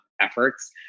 efforts